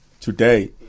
today